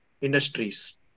industries